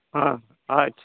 ᱟᱪᱪᱷᱟ ᱪᱷᱟ ᱪᱷᱟ